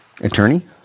Attorney